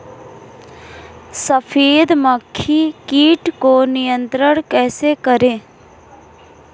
सफेद मक्खी कीट को नियंत्रण कैसे करें?